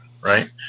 right